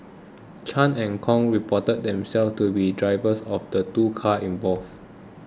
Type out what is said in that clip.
Chan and Kong reported themselves to be drivers of the two cars involved